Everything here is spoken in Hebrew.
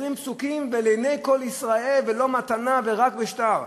20 פסוקים, ולעיני כל ישראל, ולא מתנה ורק בשטר.